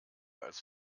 als